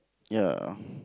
ya